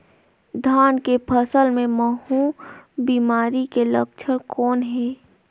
धान के फसल मे महू बिमारी के लक्षण कौन हे?